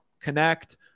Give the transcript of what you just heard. connect